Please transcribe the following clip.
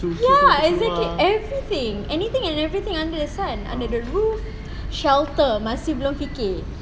ya exactly everything anything and everything under the sun under the roof shelter masih belum fikir